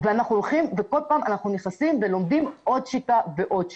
כל פעם אנחנו נכנסים ולומדים עוד שיטה ועוד שיטה.